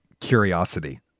curiosity